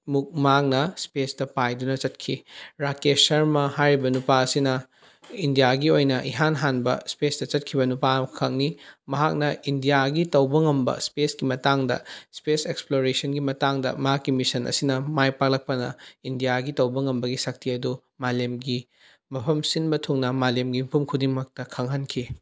ꯃꯨꯛ ꯃꯥꯍꯥꯛꯅ ꯁ꯭ꯄꯦꯁꯇ ꯄꯥꯏꯗꯨꯅ ꯆꯠꯈꯤ ꯔꯥꯀꯦꯁ ꯁꯔꯃ ꯍꯥꯏꯔꯤꯕ ꯅꯨꯄꯥ ꯑꯁꯤꯅ ꯏꯟꯗꯤꯌꯥꯒꯤ ꯑꯣꯏꯅ ꯏꯍꯥꯟ ꯍꯥꯟꯕ ꯁ꯭ꯄꯦꯁꯇ ꯆꯠꯈꯤꯕ ꯅꯨꯄꯥ ꯑꯃꯈꯛꯅꯤ ꯃꯍꯥꯛꯅ ꯏꯅꯗꯤꯌꯥꯒꯤ ꯇꯧꯕ ꯉꯝꯕ ꯁ꯭ꯄꯦꯁꯀꯤ ꯃꯇꯥꯡꯗ ꯁ꯭ꯄꯦꯁ ꯑꯦꯛꯁꯄ꯭ꯂꯣꯔꯦꯁꯟꯒꯤ ꯃꯇꯥꯡꯗ ꯃꯍꯥꯛꯀꯤ ꯃꯤꯁꯟ ꯑꯁꯤꯅ ꯃꯥꯏ ꯄꯥꯛꯂꯛꯄꯅ ꯏꯅꯗꯤꯌꯥꯒꯤ ꯇꯧꯕ ꯉꯝꯕꯒꯤ ꯁꯛꯇꯤ ꯑꯗꯨ ꯃꯥꯂꯦꯝꯒꯤ ꯃꯐꯝ ꯁꯤꯟꯕ ꯊꯨꯡꯅ ꯃꯂꯦꯝꯒꯤ ꯃꯐꯝ ꯈꯨꯗꯤꯡꯃꯛꯇ ꯈꯪꯍꯟꯈꯤ